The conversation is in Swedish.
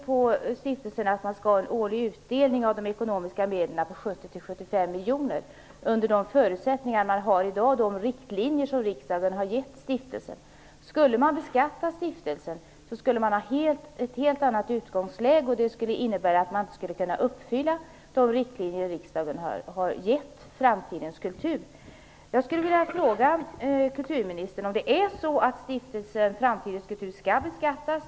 Inom stiftelsen räknar man med en årlig utdelning av de ekonomiska medlen på mellan 70 och 75 miljoner kronor med de förutsättningar och riktlinjer som gäller i dag och som riksdagen har gett stiftelsen. Om stiftelsen skulle beskattas skulle utgångsläget vara ett helt annat. Det skulle innebära att de riktlinjer riksdagen har gett stiftelsen inte skulle kunna följas. Framtidens kultur beskattas?